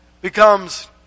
becomes